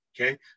Okay